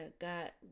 got